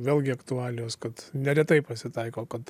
vėlgi aktualijos kad neretai pasitaiko kad